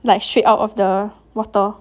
like straight out of the water